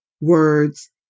words